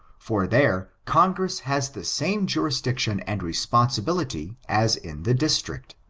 for there congress has the same jurisdiction and responsibility as in the district.